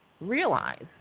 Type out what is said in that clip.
realize